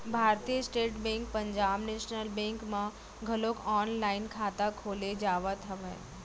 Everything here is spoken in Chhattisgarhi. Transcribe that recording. भारतीय State Bank Punjab National Bank म घलोक ऑनलाईन खाता खोले जावत हवय